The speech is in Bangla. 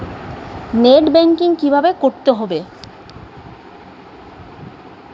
নেট ব্যাঙ্কিং কীভাবে করতে হয়?